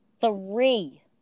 Three